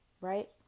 right